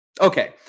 Okay